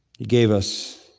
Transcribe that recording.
gave us